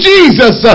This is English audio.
Jesus